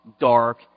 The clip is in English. dark